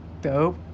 Dope